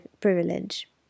privilege